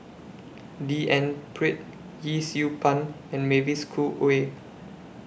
D N Pritt Yee Siew Pun and Mavis Khoo Oei